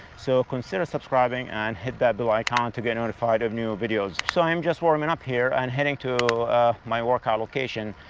so consider subscribing and hit that blue icon to get notified of new videos. so i am just warming up here, and heading to my workout location,